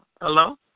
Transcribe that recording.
Hello